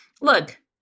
look